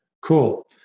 Cool